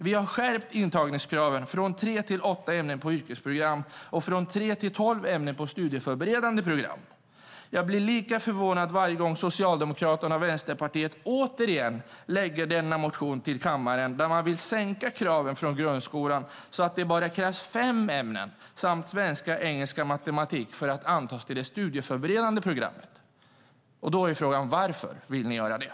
Vi har skärpt intagningskraven från tre till åtta ämnen på yrkesprogram och från tre till tolv ämnen på studieförberedande program. Jag blir lika förvånad varje gång S och V återigen väcker en motion där man vill sänka kraven från grundskolan så att det bara ska krävas fem ämnen samt svenska, engelska och matematik för att antas till det studieförberedande programmet. Varför vill ni göra det?